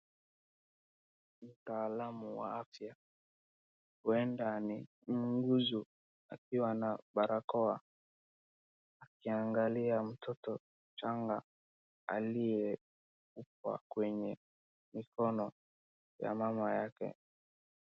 Mtaalamu wa afya, huenda ni muuguzo akiwa na barakoa akiangalia mtoto changa aliyekuwa kwenye mikono ya mama yake.